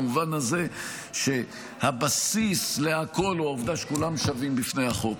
במובן הזה שהבסיס לכול הוא העובדה שכולם שווים בפני החוק.